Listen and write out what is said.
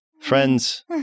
friends